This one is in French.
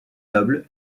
noble